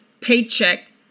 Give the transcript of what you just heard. paycheck